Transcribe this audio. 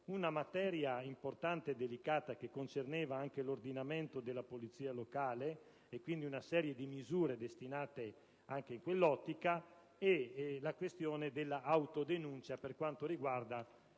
una materia importante e delicata che concerne anche l'ordinamento della polizia locale, quindi una serie di misure destinate anche in quell'ottica; infine, la questione dell'autodenuncia per quanto riguarda